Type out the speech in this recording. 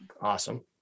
Awesome